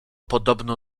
podobno